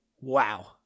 wow